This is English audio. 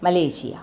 Malaysia